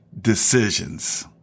decisions